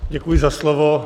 Děkuji za slovo.